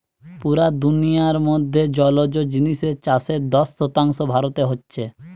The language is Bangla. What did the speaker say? পুরা দুনিয়ার মধ্যে জলজ জিনিসের চাষের দশ শতাংশ ভারতে হচ্ছে